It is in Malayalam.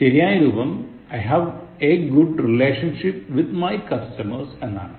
ശരിയായ രൂപം I have a good relationship with my customers എന്നതാണ്